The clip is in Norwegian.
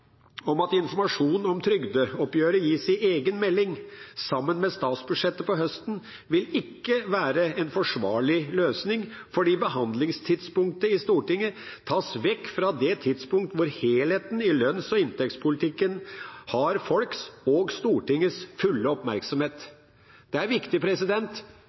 om at informasjon om trygdeoppgjøret gis i egen melding sammen med statsbudsjettet på høsten, vil ikke være en forsvarlig løsning, fordi behandlingstidspunktet i Stortinget tas vekk fra det tidspunkt hvor helheten i lønns- og inntektspolitikken har folks og Stortingets fulle oppmerksomhet. Det er viktig